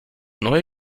neue